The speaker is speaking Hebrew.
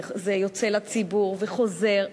זה יוצא לציבור וחוזר.